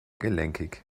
gelenkig